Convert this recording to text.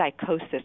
psychosis